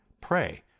pray